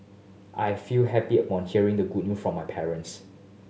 I feel happy upon hearing the good new from my parents